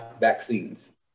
vaccines